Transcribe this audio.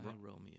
Romeo